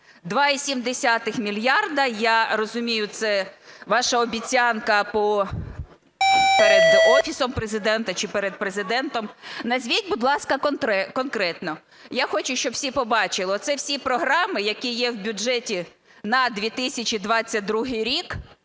2,7 мільярда, я розумію, це ваша обіцянка перед Офісом Президента чи перед Президентом. Назвіть, будь ласка, конкретно, я хочу, щоб всі побачили, оце всі програми, які є в бюджеті на 2022 рік